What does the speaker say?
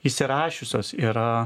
įsirašiusios yra